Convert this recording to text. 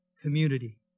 community